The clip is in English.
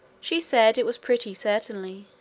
she said it was pretty, certainly,